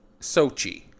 Sochi